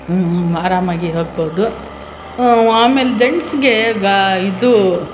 ಆರಾಮಾಗಿ ಹೋಗ್ಬೋದು ಆಮೇಲೆ ಜೆಂಟ್ಸ್ಗೆ ಇದು